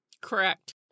Correct